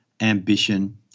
ambition